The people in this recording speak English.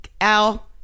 Al